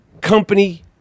Company